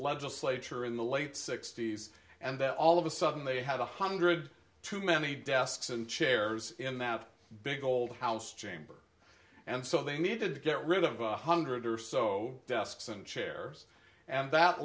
legislature in the late sixty's and that all of a sudden they had one hundred too many desks and chairs in that big old house chamber and so they needed to get rid of one hundred or so desks and chairs and that